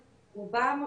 רובם,